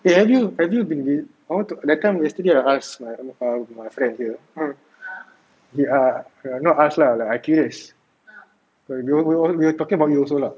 eh have you have you been with I want to that time yesterday I ask err my friend here he err not us lah like I curious we're we're talking about you also lah